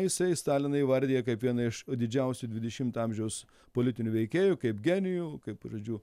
jisai staliną įvardija kaip vieną iš a didžiausių dvidešimto amžiaus politinių veikėjų kaip genijų kaip žodžiu